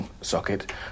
socket